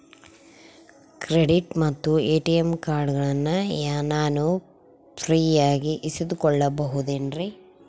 Credit ಮತ್ತ ATM ಕಾರ್ಡಗಳನ್ನ ನಾನು ಫ್ರೇಯಾಗಿ ಇಸಿದುಕೊಳ್ಳಬಹುದೇನ್ರಿ?